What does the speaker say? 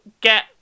get